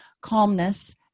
calmness